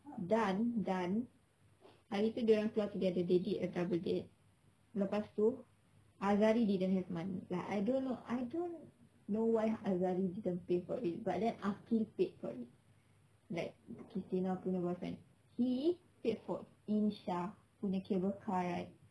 dan dan hari tu dia orang keluar together they did a double date lepas tu azhari didn't have money like I don't know I don't know why azhari didn't pay for it but then akif paid for it like christina punya boyfriend he paid for insha punya cable car ride